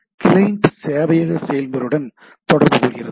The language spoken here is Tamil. கிளையன்ட் சேவையக செயல்முறையுடன் தொடர்பு கொள்கிறது